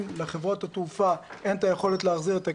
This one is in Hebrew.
ולחברות התעופה אין את היכולת להחזיר את הכסף.